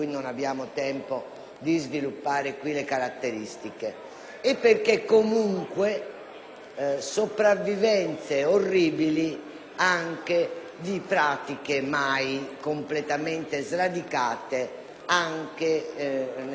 sopravvivenze orribili di pratiche mai completamente sradicate anche nel nostro territorio nazionale e tra cittadini italiani.